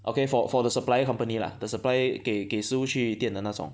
okay for for the supplier company lah the supply 给给食物去店的那种